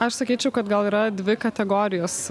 aš sakyčiau kad gal yra dvi kategorijos